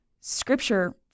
scripture